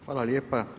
Hvala lijepo.